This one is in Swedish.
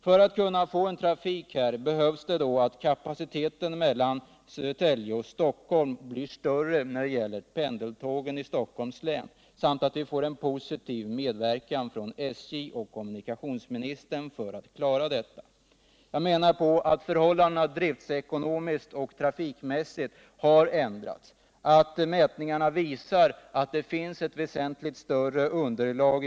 För att åstadkomma en trafik där krävs det att trafiken mellan Södertälje och Stockholm ökar på pendeltågen i Stockholms län, och för att klara detta behöver vi också en positiv medverkan från SJ och kommunikationsministern. Jag anser att förhållandena driftsekonomiskt och trafikmässigt har ändrats och att mätningarna visar att det nu finns ett väsentligt större trafikunderlag.